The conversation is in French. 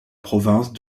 province